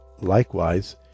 likewise